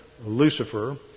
Lucifer